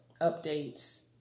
updates